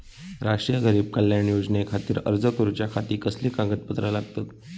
राष्ट्रीय गरीब कल्याण योजनेखातीर अर्ज करूच्या खाती कसली कागदपत्रा लागतत?